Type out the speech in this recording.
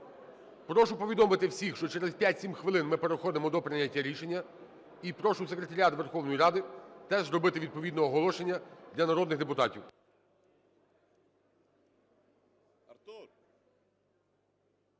Прошу повідомити всіх, що через 5-7 хвилин ми переходимо до прийняття рішення, і прошу секретаріат Верховної Ради теж зробити відповідне оголошення для народних депутатів.